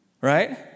Right